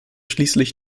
schließlich